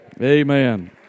Amen